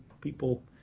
people